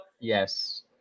Yes